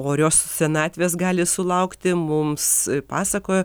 orios senatvės gali sulaukti mums pasakojo